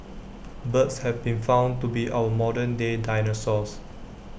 birds have been found to be our modern day dinosaurs